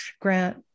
Grant